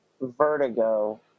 vertigo